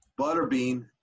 Butterbean